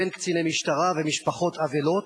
בין קציני משטרה ומשפחות אבלות,